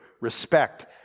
respect